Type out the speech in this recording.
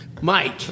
Mike